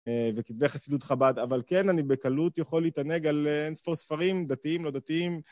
וכתבי חסידות חב”ד, אבל כן, אני בקלות יכול להתענג על אין ספור ספרים דתיים, לא דתיים.